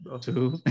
two